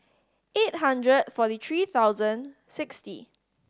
eight hundred forty three thousand sixty